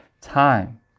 time